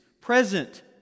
Present